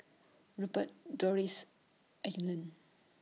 Rupert Dolores Adelyn